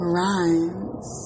Rhymes